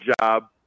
job